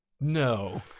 No